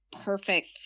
perfect